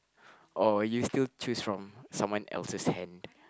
oh you still choose from someone else's hand